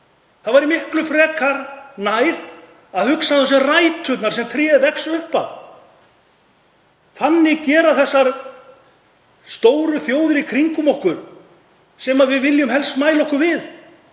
Það væri miklu nær að hugsa um þær sem ræturnar sem tréð vex upp af. Þannig gera þessar stóru þjóðir í kringum okkur sem við viljum helst mæla okkur við.